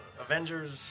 Avengers